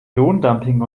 lohndumping